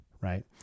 right